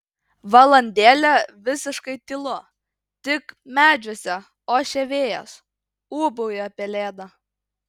valandėlę visiškai tylu tik medžiuose ošia vėjas ūbauja pelėda